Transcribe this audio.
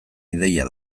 ideia